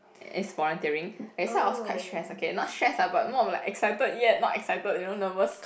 is volunteering okay so I was quite stressed okay not stressed lah but more of like excited yet not excited you know nervous